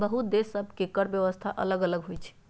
बहुते देश सभ के कर व्यवस्था अल्लग अल्लग होई छै